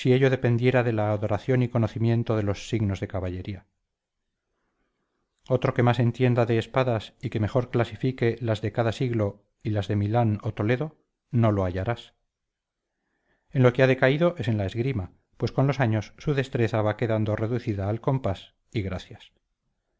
ello dependiera de la adoración y conocimiento de los signos de caballería otro que más entienda de espadas y que mejor clasifique las de cada siglo y las de milán o toledo no lo hallarás en lo que ha decaído es en la esgrima pues con los años su destreza va quedando reducida al compás y gracias